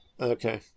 Okay